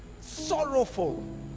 sorrowful